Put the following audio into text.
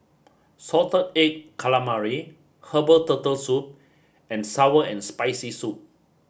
Salted Egg Calamari Herbal Turtle Soup and sour and spicy soup